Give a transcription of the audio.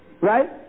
Right